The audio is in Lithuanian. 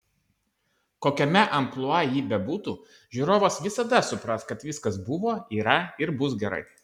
kokiame amplua ji bebūtų žiūrovas visada supras kad viskas buvo yra ir bus gerai